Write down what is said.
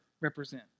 represent